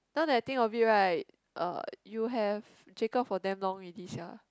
now that I think of it right uh you have Jacob for damn long already sia